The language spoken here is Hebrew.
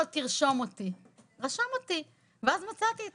תרשום אותי!.." הוא רשם אותי ואז מצאתי את